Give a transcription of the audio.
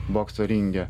bokso ringe